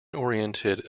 oriented